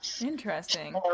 Interesting